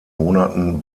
monaten